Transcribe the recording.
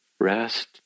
rest